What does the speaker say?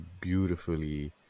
beautifully